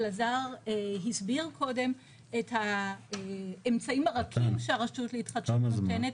אלעזר הסביר קודם את האמצעים הרכים שהרשות להתחדשות נותנת.